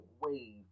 wave